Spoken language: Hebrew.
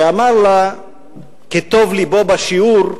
שבאחד משיעוריה אמר לה כטוב לבו בשיעור,